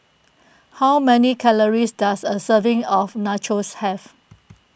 how many calories does a serving of Nachos have